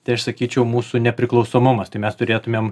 tai aš sakyčiau mūsų nepriklausomumas tai mes turėtumėm